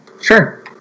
Sure